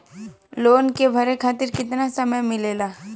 Loan के भरे खातिर कितना समय मिलेला?